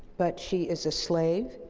but she is a slave,